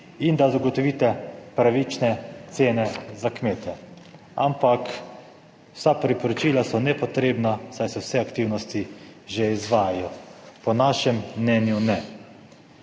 in da zagotovite pravične cene za kmete, ampak vsa priporočila so nepotrebna, saj se vse aktivnosti že izvajajo. Po našem mnenju ne.